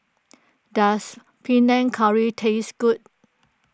does Panang Curry taste good